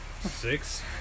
Six